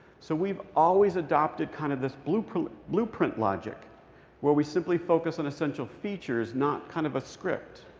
so we've always adopted kind of this blueprint blueprint logic where we simply focus on essential features, not kind of a script.